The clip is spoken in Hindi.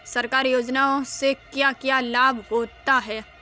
सरकारी योजनाओं से क्या क्या लाभ होता है?